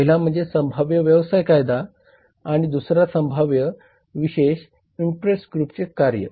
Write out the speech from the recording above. पहिला म्हणजे संभाव्य व्यवसाय कायदा आहे आणि दुसरा संभाव्य विशेष इंटरेस्ट ग्रुपचे कार्य आहे